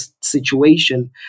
situation